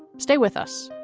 stay with us